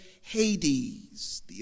hades